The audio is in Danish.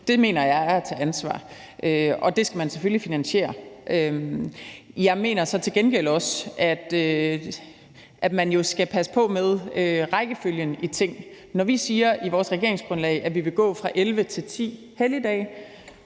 Det mener jeg er at tage ansvar. Det skal man selvfølgelig finansiere. Jeg mener så til gengæld også, at man jo skal passe på med rækkefølgen i ting. Når vi i vores regeringsgrundlag siger, at vi vil gå fra 11 til 10 helligdage,